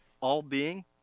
all-being